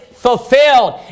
fulfilled